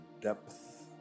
depth